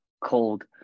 cold